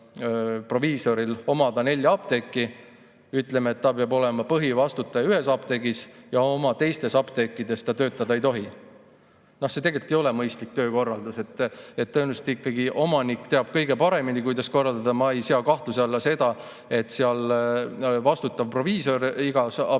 proviisoril omada nelja apteeki, ütleme, et ta peab olema põhivastutaja ühes apteegis ja oma teistes apteekides ta töötada ei tohi. See ei ole mõistlik töökorraldus. Tõenäoliselt ikkagi omanik teab kõige paremini, kuidas seda korraldada. Ma ei sea kahtluse alla seda, et vastutav proviisor peaks igas apteegis